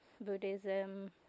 Buddhism